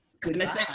Goodness